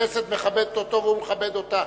הכנסת מכבדת אותו והוא מכבד אותה.